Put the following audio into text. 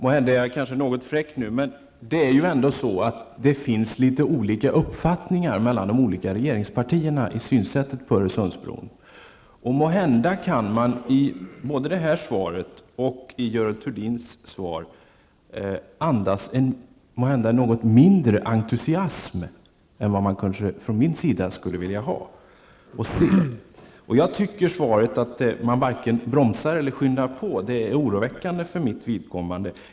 Herr talman! Det är måhända fräckt av mig att säga att det ändå finns litet olika uppfattningar mellan de olika regeringspartierna när det gäller Öresundsbron. Det här svaret och Görel Thurdins svar andas kanske en något mindre entusiasm än vad jag skulle önska. För mitt vidkommande är det oroväckande att man varken bromsar eller skyndar på.